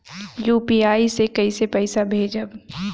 UPI से कईसे पैसा भेजब?